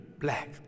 black